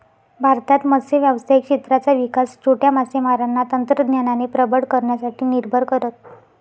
भारतात मत्स्य व्यावसायिक क्षेत्राचा विकास छोट्या मासेमारांना तंत्रज्ञानाने प्रबळ करण्यासाठी निर्भर करत